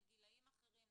לגילאים אחרים,